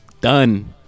Done